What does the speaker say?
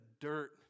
dirt